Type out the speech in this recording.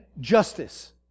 justice